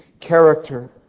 character